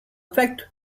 fact